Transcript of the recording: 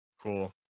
Cool